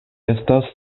estas